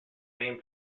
same